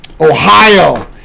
Ohio